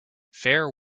fair